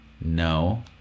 No